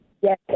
Yes